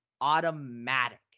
automatic